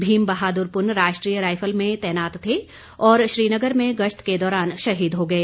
भीम बहादुर राष्ट्रीय राईफल में तैनात थे और श्रीनगर में गश्त के दौरान शहीद हो गए